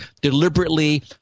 deliberately